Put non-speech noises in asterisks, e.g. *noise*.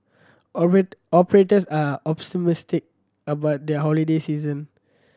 *unintelligible* operators are *unintelligible* about there holiday season